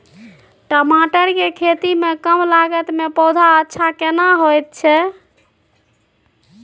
टमाटर के खेती में कम लागत में पौधा अच्छा केना होयत छै?